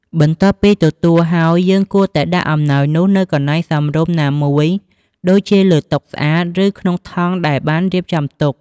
បន្ទាប់ពីទទួលហើយ យើងគួរតែដាក់អំណោយនោះនៅកន្លែងសមរម្យ ណាមួយដូចជាលើតុស្អាត ឬក្នុងថង់ដែលបានរៀបចំទុក។